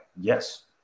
yes